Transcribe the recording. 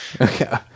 okay